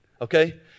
okay